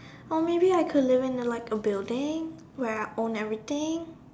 or maybe I could live in like a building where I own everything